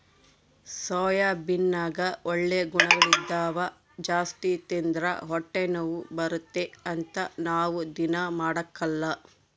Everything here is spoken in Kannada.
ಸೋಯಾಬೀನ್ನಗ ಒಳ್ಳೆ ಗುಣಗಳಿದ್ದವ ಜಾಸ್ತಿ ತಿಂದ್ರ ಹೊಟ್ಟೆನೋವು ಬರುತ್ತೆ ಅಂತ ನಾವು ದೀನಾ ಮಾಡಕಲ್ಲ